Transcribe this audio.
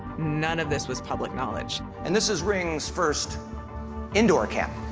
none of this was public knowledge. and this is ring's first indoor cam.